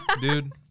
Dude